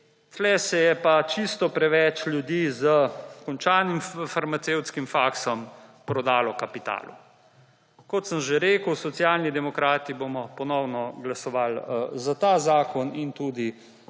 se ja pa čisto preveč ljudi s končanim farmacevtskim faksom prodalo kapitalu. Kot sem že rekel, Socialni demokrati bomo ponovno glasovali za ta zakon in tudi